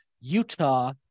Utah